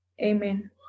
Amen